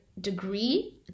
degree